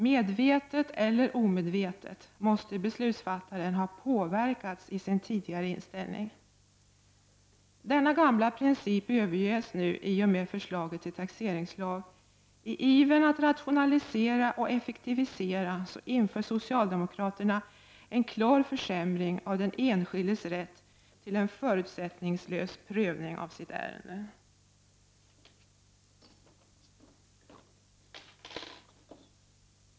Medvetet eller omedvetet måste beslutsfattaren ha påverkats i sin tidigare inställning. Denna gamla princip överges nu i och med förslaget till taxeringslag. I ivern att rationalisera och effektivisera inför socialdemokraterna en klar försämring av den enskildes rätt till en förutsättningslös prövning av sitt ärende.